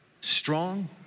strong